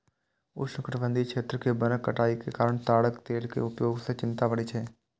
उष्णकटिबंधीय क्षेत्र मे वनक कटाइ के कारण ताड़क तेल के उपयोग सं चिंता बढ़ि गेल छै